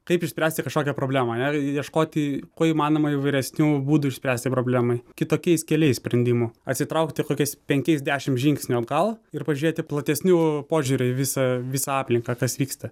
kaip išspręsti kažkokią problemą ar ne ieškoti kuo įmanoma įvairesnių būdų išspręsti problemai kitokiais keliais sprendimų atsitraukti kokiais penkiais dešimt žingsnių atgal ir pažiūrėti platesniu požiūriu į visą visą aplinką kas vyksta